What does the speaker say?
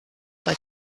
but